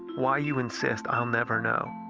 why you insist, i'll never know.